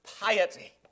piety